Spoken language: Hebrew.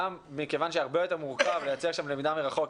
מכיוון שהרבה יותר מורכב לייצר שם למידה מרחוק,